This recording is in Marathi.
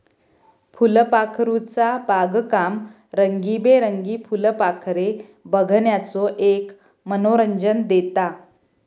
फुलपाखरूचा बागकाम रंगीबेरंगीत फुलपाखरे बघण्याचो एक मनोरंजन देता